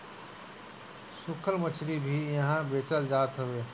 सुखल मछरी भी इहा बेचल जात हवे